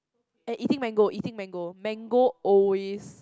and eating mango eating mango mango always